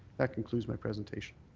that concludes my presentation.